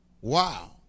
Wow